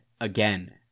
again